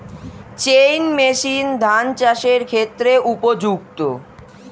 Chain machine ধান চাষের ক্ষেত্রে উপযুক্ত?